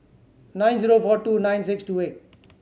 nine zero four two nine six two eight